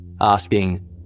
asking